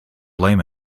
blame